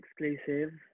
exclusive